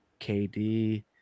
KD